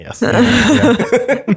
Yes